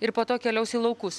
ir po to keliaus į laukus